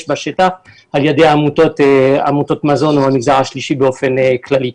בשטח על ידי עמותות המזון או המגזר השלישי באופן כללי.